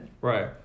Right